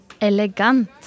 Elegant